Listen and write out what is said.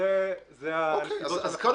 אז בוא